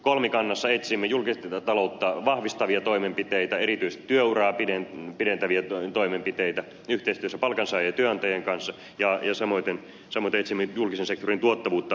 kolmikannassa etsimme julkista taloutta vahvistavia toimenpiteitä erityisesti työuraa pidentäviä toimenpiteitä yhteistyössä palkansaajien ja työnantajien kanssa ja samaten etsimme julkisen sektorin tuottavuutta korottavia keinoja